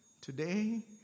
Today